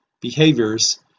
behaviors